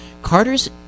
Carter's